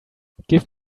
give